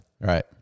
Right